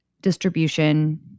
distribution